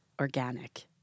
organic